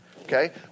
okay